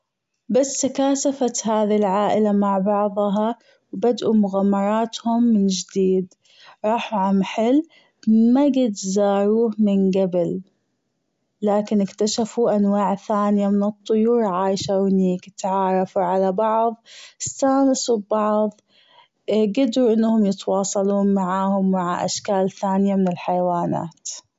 بس كان صفة هذه العائلة مع بعضها بدءوا مغامراهم من جديد راحو ع محل ما جد زاروه من جبل لكن أكتشفوا أنواع ثانية من الطيور عايشة هونيك لكن أتعرفوا على بعض استأنسوا ببعض جدروا أنهم يتواصلون معاهم مع أشكال ثانية من الحيوانات.